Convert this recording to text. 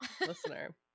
listener